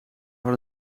had